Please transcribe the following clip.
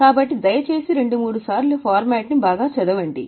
కాబట్టి దయచేసి రెండు మూడుసార్లు ఫార్మాట్ ని బాగా చదవండి